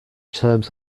terms